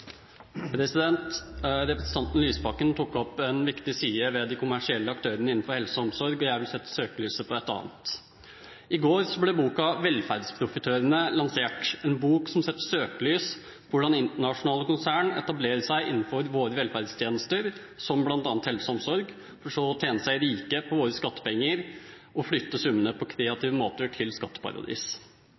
Representanten Lysbakken tok opp en viktig side ved de kommersielle aktørene innenfor helse og omsorg. Jeg vil sette søkelyset på en annen. I går ble boka «Velferdsprofitørene» lansert, en bok som setter søkelyset på hvordan internasjonale konsern etablerer seg innenfor våre velferdstjenester, som bl.a. helse og omsorg, for så å tjene seg rike på våre skattepenger og flytte summene på kreative måter til